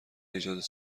ایجاد